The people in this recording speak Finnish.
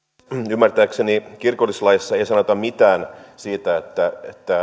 ymmärtääkseni kirkollislaissa ei sanota mitään siitä että